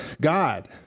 God